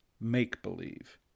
make-believe